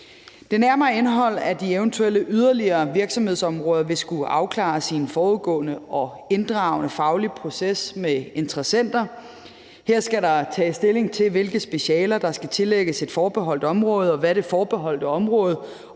Det nærmere indhold af de eventuelle yderligere virksomhedsområder vil skulle afklares i en forudgående og inddragende faglig proces med interessenter. Her skal der tages stilling til, hvilke specialer der skal tillægges et forbeholdt område, og hvad det forbeholdte område